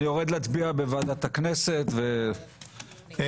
אני יורד להצביע בוועדת הכנסת --- אז